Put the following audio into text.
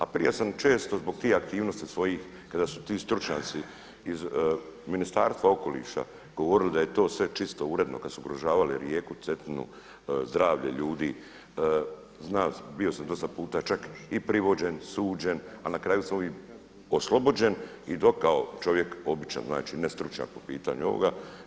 A prije sam često zbog tih aktivnosti svojih kada su ti stručnjaci iz Ministarstva okoliša govorili da je to sve čisto, uredno, kada su ugrožavali rijeku Cetinu, zdravlje ljudi, znao sam, bio sam dosta puta čak i privođen, suđen a na kraju sam uvijek oslobođen i kao čovjek običan, znači ne stručnjak po pitanju ovoga.